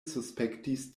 suspektis